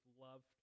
loved